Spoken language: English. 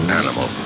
animal